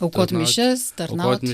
aukot mišias tarnaut